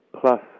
Plus